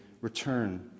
return